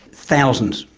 thousands.